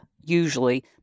usually